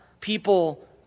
people